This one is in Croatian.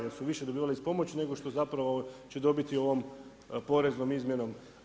Jer su više dobivali iz pomoći, nego što zapravo će dobiti ovom poreznom izmjenom.